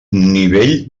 nivell